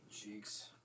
Cheeks